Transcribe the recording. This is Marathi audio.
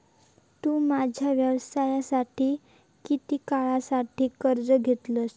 तु तुझ्या व्यवसायासाठी किती काळासाठी कर्ज घेतलंस?